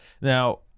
now